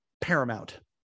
paramount